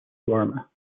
burma